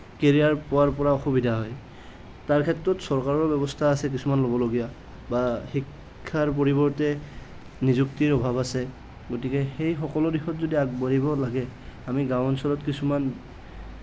career পোৱাৰ পৰা অসুবিধা হয় তাৰ ক্ষেত্ৰত চৰকাৰৰ ব্যৱস্থা আছে কিছুমান ল'বলগীয়া নিযুক্তিৰ পৰিবৰ্তে গতিকে সেই সকলো দিশত যদি আগবাঢ়িব লাগে আমি গাওঁ অঞ্চলত কিছুমান